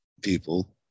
people